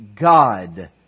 God